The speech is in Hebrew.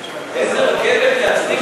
איזה רכבת כדי להצדיק